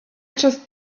just